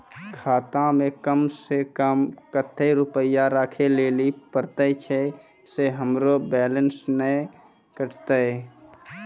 खाता मे कम सें कम कत्ते रुपैया राखै लेली परतै, छै सें हमरो बैलेंस नैन कतो?